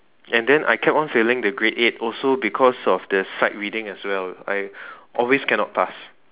and then I kept on failing the grade eight also because of the sight reading as well I always cannot pass